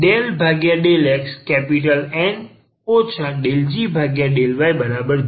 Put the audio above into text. ત્યાં ∂xN ∂g∂y0 નથી